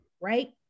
right